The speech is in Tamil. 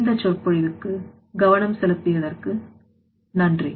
எனவே இந்த சொற்பொழிவுக்கு கவனம் செலுத்தியதற்கு நன்றி